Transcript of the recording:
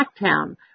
Blacktown